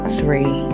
three